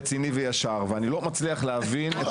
רציני וישר ואני לא מצליח להבין את